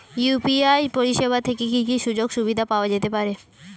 UPI পরিষেবা থেকে কি কি সুযোগ সুবিধা পাওয়া যেতে পারে?